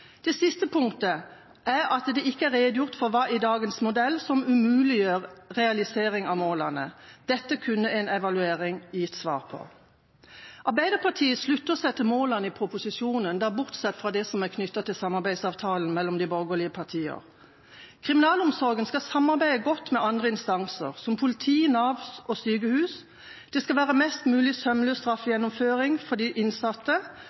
Det er ikke redegjort for hva i dagens modell som umuliggjør realisering av målene. Dette kunne en evaluering ha gitt svar på. Arbeiderpartiet slutter seg til målene i proposisjonen – bortsett fra det som er knyttet til samarbeidsavtalen mellom de borgerlige partiene. Kriminalomsorgen skal samarbeide godt med andre instanser, som politi, Nav og sykehus, det skal være mest mulig sømløs straffegjennomføring for de innsatte,